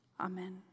Amen